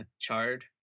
charred